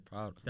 Proud